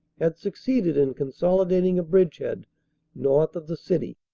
had succeeded in consolidating a bridge head north of the city.